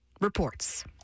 reports